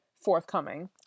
forthcoming